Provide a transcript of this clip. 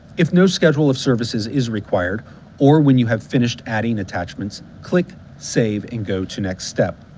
if no schedule of services is required or when you have finished adding attachments, click save and go to next step.